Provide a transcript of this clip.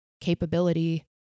capability